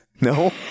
No